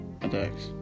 attacks